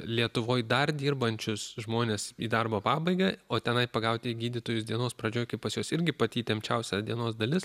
lietuvoj dar dirbančius žmones į darbo pabaigą o tenai pagauti gydytojus dienos pradžioj kai pas juos irgi pati įtempčiausia dienos dalis